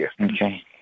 Okay